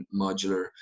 modular